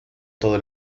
todos